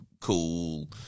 cool